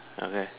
okay